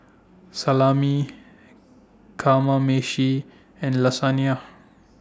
Salami Kamameshi and Lasagna